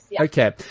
Okay